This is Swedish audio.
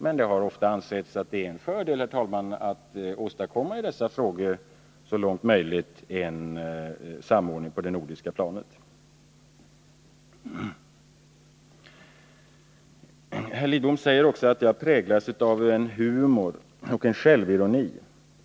Men det har många gånger ansetts vara en fördel, herr talman, att man i frågor av detta slag så långt det är möjligt söker åstadkomma en samordning på det nordiska planet. Herr Lidbom säger också att jag präglas av humor och självironi.